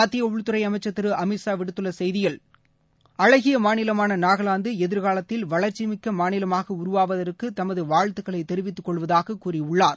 மத்திய உள்துறை அமைச்சர் திரு அமித்ஷா விடுத்துள்ள செய்தியில் அழகிய மாநிலமான நாகலாந்து எதிர்காலத்தில் வளர்ச்சிமிக்க மாநிலமாக உருவாவதற்கு தமது வாழ்த்துக்களை தெரிவித்துக் கொள்வதாகக் கூறியுள்ளார்